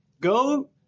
go